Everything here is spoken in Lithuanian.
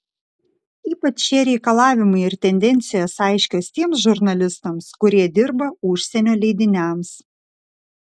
ypač šie reikalavimai ir tendencijos aiškios tiems žurnalistams kurie dirba užsienio leidiniams